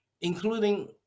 including